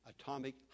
atomic